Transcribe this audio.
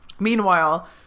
Meanwhile